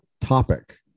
topic